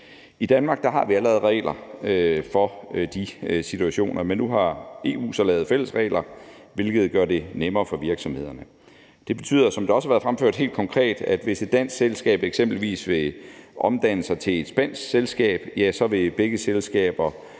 I Danmark har vi allerede regler for de situationer, men nu har EU så lavet fælles regler, hvilket gør det nemmere for virksomhederne. Det betyder, som det også har været fremført, helt konkret, at hvis et dansk selskab eksempelvis vil omdanne sig til et spansk selskab, vil begge selskaber